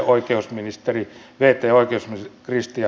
oikeusministeri kristian gestrin